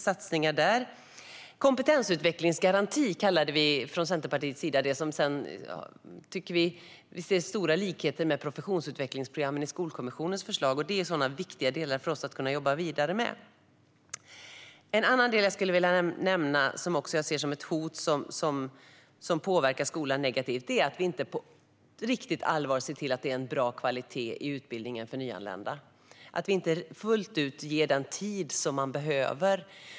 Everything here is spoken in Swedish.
Från Centerpartiets sida kallar vi detta för kompetensutvecklingsgaranti, och vi ser stora likheter med professionsutvecklingsprogrammen i Skolkommissionens förslag. Dessa delar är viktiga för oss att kunna jobba vidare med. En annan del som jag skulle vilja nämna, som jag ser som ett hot som påverkar skolan negativt, är att vi inte på riktigt allvar ser till att det är bra kvalitet i utbildningen för nyanlända. Vi ger inte fullt ut den tid som behövs.